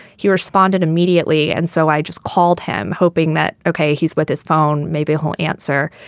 he responded immediately and so i just called him hoping that ok. he's with his phone. maybe he'll answer.